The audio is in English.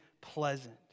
pleasant